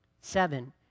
Seven